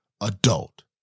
adult